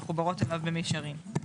המחוברות אליו במישרין.".